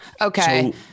Okay